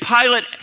Pilate